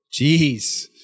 Jeez